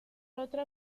otra